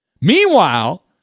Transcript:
Meanwhile